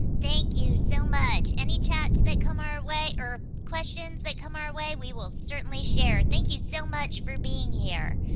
thank you so much. any chats that come our way or questions that come our way, we will certainly share. thank you so much for being here.